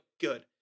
good